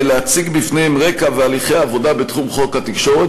להציג בפניהם רקע והליכי עבודה בתחום חוק התקשורת,